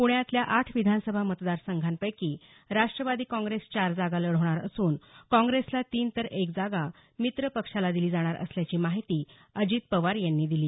प्ण्यातल्या आठ विधानसभा मतदार संघांपैकी राष्ट्रवादी काँग्रेस चार जागा लढवणार असून काँग्रेसला तीन तर एक जागा मित्र पक्षाला दिली जाणार असल्याची माहिती अजित पवार यांनी दिली